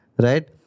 Right